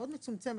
מאוד מצומצמת.